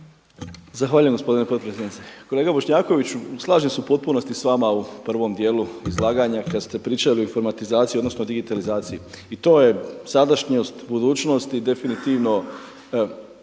Zahvaljujem gospodine potpredsjednice. Kolega Bošnjakoviću slažem se u potpunosti sa vama u prvom dijelu izlaganja kad ste pričali o informatizaciji, odnosno digitalizaciji i to je sadašnjost, budućnost i definitivno